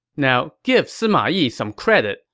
now, give sima yi some credit.